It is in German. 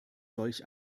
solch